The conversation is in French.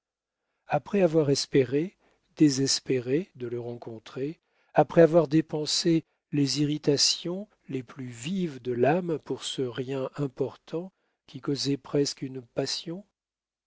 après avoir espéré désespéré de le rencontrer après avoir dépensé les irritations les plus vives de l'âme pour ce rien important qui causait presque une passion